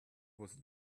was